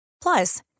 Plus